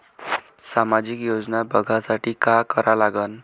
सामाजिक योजना बघासाठी का करा लागन?